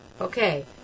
Okay